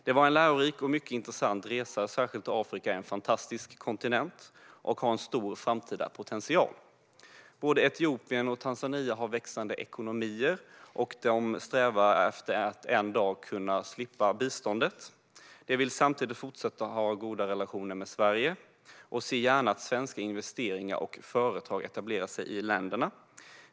Det var en lärorik och mycket intressant resa, särskilt då Afrika är en fantastisk kontinent och har en stor framtida potential. Både Etiopien och Tanzania har växande ekonomier, och de strävar efter att en dag kunna klara sig utan bistånd. De vill samtidigt fortsätta ha goda relationer till Sverige och ser gärna att svenska investeringar och företag etablerar sig i länderna.